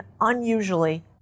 unusually